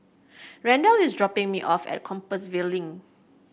Randell is dropping me off at Compassvale Link